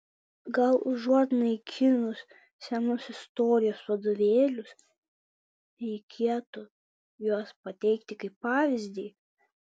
gal užuot naikinus senus istorijos vadovėlius reikėtų juos pateikti kaip pavyzdį